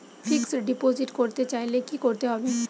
Fixed deposit করতে চাইলে কি করতে হবে?